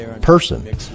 person